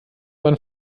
man